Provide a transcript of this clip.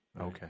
Okay